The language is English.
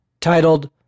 titled